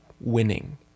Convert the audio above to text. winning